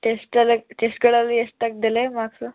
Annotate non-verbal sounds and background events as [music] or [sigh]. test [unintelligible] ಟೆಸ್ಟ್ಗಳಲ್ಲಿ ಎಷ್ಟು ತೆಗ್ದಾಳೆ marks